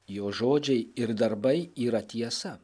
jo žodžiai ir darbai yra tiesa